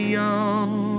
young